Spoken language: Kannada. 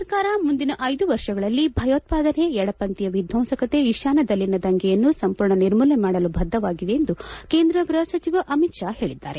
ಸರ್ಕಾರ ಮುಂದಿನ ಐದು ವರ್ಷಗಳಲ್ಲಿ ಭಯೋತ್ಪಾದನೆ ಎಡಪಂಥೀಯ ವಿಧ್ಯಂಸಕತೆ ಈಶಾನ್ಯದಲ್ಲಿನ ದಂಗೆಯನ್ನು ಸಂಪೂರ್ಣ ನಿರ್ಮೂಲನೆ ಮಾದಲು ಬದ್ದವಾಗಿದೆ ಎಂದು ಕೇಂದ್ರ ಗ್ಬಹ ಸಚಿವ ಅಮಿತ್ ಶಾ ಹೇಳಿದ್ದಾರೆ